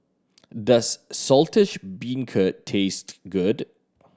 does Saltish Beancurd taste good